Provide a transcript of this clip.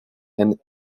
and